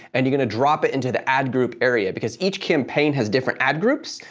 and you're going to drop it into the ad group area because each campaign has different ad groups.